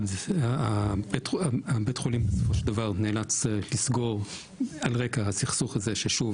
בית החולים בסופו של דבר נאלץ לסגור על רקע הסכסוך הזה ששוב,